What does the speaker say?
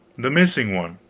the missing one!